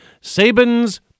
Saban's